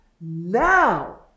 now